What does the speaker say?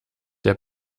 der